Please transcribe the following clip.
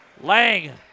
Lang